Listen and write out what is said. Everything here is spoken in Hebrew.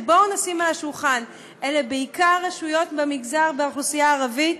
ובואו נשים על השולחן: אלה בעיקר רשויות ממגזר האוכלוסייה הערבית,